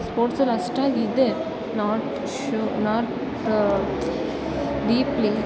ಸ್ಪೋರ್ಟ್ಸಲ್ಲಿ ಅಷ್ಟಾಗಿದೆ not show not deeply